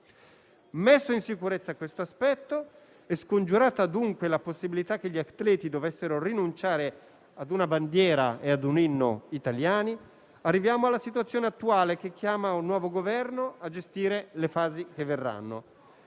Messo in sicurezza questo aspetto e scongiurata la possibilità che gli atleti dovessero rinunciare a una bandiera e a un inno italiani, arriviamo alla situazione attuale, che chiama un nuovo Governo a gestire le fasi che verranno.